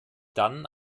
dann